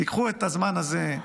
תיקחו את הזמן הזה,